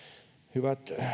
hyvät